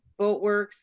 boatworks